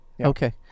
Okay